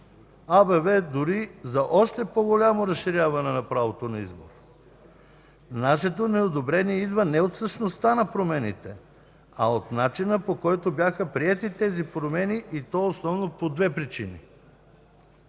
АБВ дори е за още по-голямо разширяване на правото на избор. Нашето неодобрение идва не от същността на промените, а от начина, по който бяха приети тези промени, и то основно по две причини.